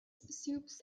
soups